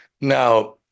Now